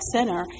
Center